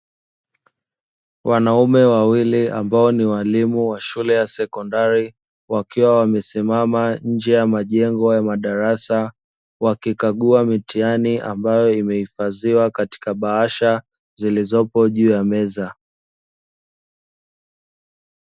Wanaume wawili ambao ni walimu wa shule ya sekondari wakiwa wamesimama nje ya majengo ya madarasa, wakikagua mitihani ambayo imehifadhiwa katika bahasha zilizopo juu ya meza.